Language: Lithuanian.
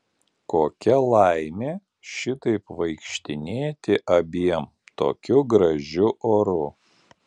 kokia laimė šitaip vaikštinėti abiem tokiu gražiu oru